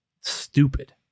stupid